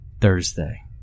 Thursday